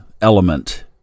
element